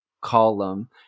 column